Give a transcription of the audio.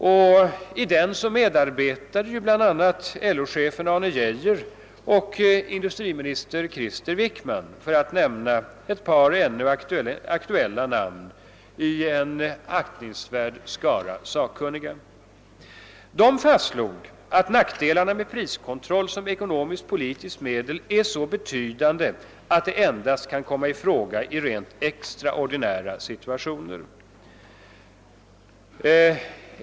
I denna medarbetade bl.a. LO-chefen Arne Geijer och industriminister Krister Wickman — för att bara nämna ett par ännu aktuella namn i en aktningsvärd skara av sakkunniga. Utredningen fastslog att »nackdelarna med priskontroll som ekonomisk-politiskt medel ——— är ——— så betydande, att ——— det endast kan komma ifråga i rent extraordinära situationer».